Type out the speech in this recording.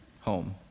home